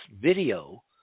video